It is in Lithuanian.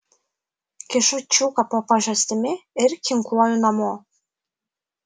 kišu čiuką po pažastimi ir kinkuoju namo